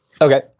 Okay